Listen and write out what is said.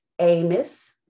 Amos